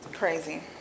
crazy